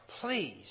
please